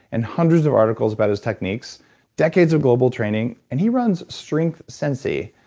and hundreds of articles about his techniques decades of global training and he runs strength sensei,